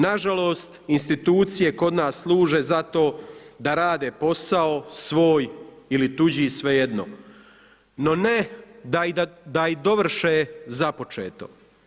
Nažalost, institucije kod nas služe za to da rade posao svoj, ili tuđi, svejedno, no ne da i dovrše započeto.